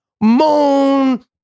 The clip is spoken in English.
moan